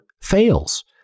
fails